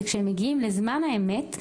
זה שכשהם מגיעים לזמן האמת,